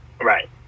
Right